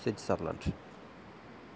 Switzerland